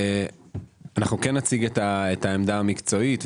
אנחנו כן נציג את העמדה המקצועית,